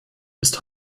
ist